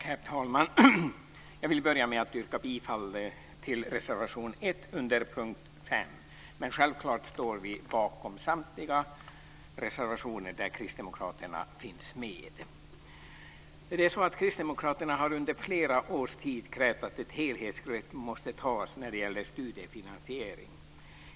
Herr talman! Jag vill börja med att yrka bifall till reservation 1 under punkt 5. Självklart står vi bakom samtliga reservationer som kristdemokraterna är med på. Kristdemokraterna har under flera års tid krävt att ett helhetsgrepp måste tas när det gäller studiefinansiering.